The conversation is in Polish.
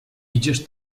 idziesz